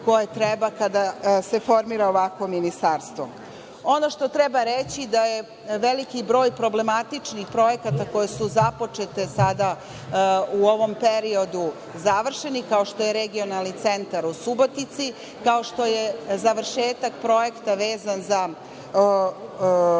koje treba kada se formira ovakvo ministarstvo. Ono što treba reći, da je veliki broj problematičnih projekata koji su započeti u ovom periodu, završeni, kao što je Regionalni centar u Subotici, kao što je završetak projekta vezan za